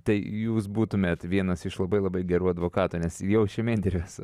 tai jūs būtumėe vienas iš labai labai gerų advokatų nes jau šiame interviu